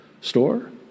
store